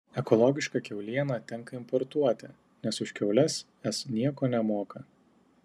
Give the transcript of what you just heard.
ekologišką kiaulieną tenka importuoti nes už kiaules es nieko nemoka